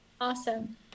awesome